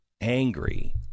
angry